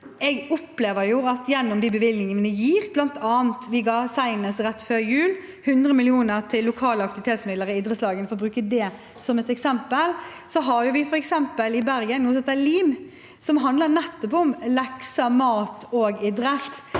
det gjøres gjennom de bevilgningene vi gir. Blant annet ga vi rett før jul 100 mill. kr til lokale aktivitetsmidler i idrettslagene, for å bruke det som et eksempel. Så har vi f.eks. i Bergen noe som heter LIM, som handler nettopp om lekser, idrett